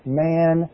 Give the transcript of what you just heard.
man